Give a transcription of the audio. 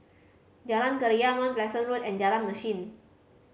Jalan Keria Mount Pleasant Road and Jalan Mesin